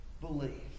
believe